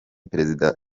perezida